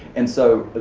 and so,